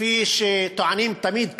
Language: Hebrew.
כפי שטוענים תמיד כאן: